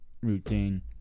routine